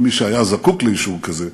למי שהיה זקוק לאישור כזה,